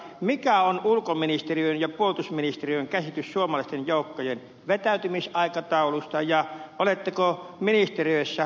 mikä on ulkoministeriön ja puolustusministeriön käsitys suomalaisten joukkojen vetäytymisaikataulusta ja oletteko ministeriöissä ajankohdasta yksimielisiä